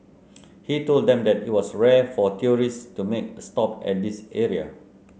he told them that it was rare for tourists to make a stop at this area